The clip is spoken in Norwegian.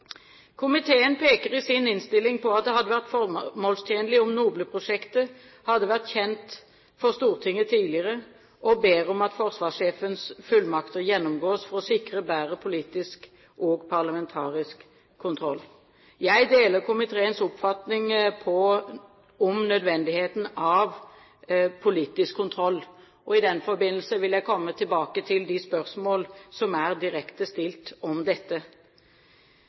Komiteen peker i sin innstilling på at det hadde vært formålstjenlig om NOBLE-prosjektet hadde vært kjent for Stortinget tidligere, og ber om at forsvarssjefens fullmakter gjennomgås for å sikre bedre politisk og parlamentarisk kontroll. Jeg deler komiteens oppfatning om nødvendigheten av politisk kontroll, og i den forbindelse vil jeg komme tilbake til de spørsmål som er direkte stilt om dette.